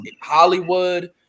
Hollywood